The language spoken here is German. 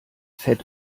fett